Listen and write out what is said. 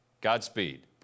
Godspeed